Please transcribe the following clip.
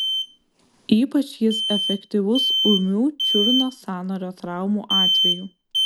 ypač jis efektyvus ūmių čiurnos sąnario traumų atveju